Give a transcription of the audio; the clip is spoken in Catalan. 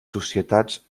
societats